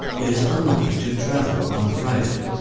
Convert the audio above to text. it is unlucky to travel on friday.